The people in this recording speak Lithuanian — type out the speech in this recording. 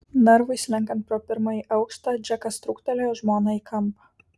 narvui slenkant pro pirmąjį aukštą džekas trūktelėjo žmoną į kampą